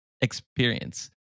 experience